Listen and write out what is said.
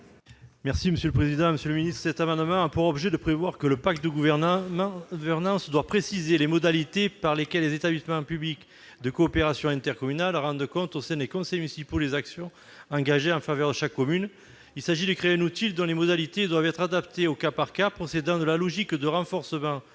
: La parole est à M. Jean-Yves Roux. Cet amendement a pour objet de prévoir que le pacte de gouvernance doit préciser les modalités par lesquelles les établissements publics de coopération intercommunale rendent compte au sein des conseils municipaux des actions engagées en faveur de chaque commune. Il s'agit de créer un outil dont les modalités doivent être adaptées au cas par cas, procédant de la logique de renforcement